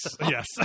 Yes